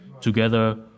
together